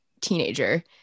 teenager